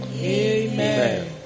Amen